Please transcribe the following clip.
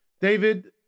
David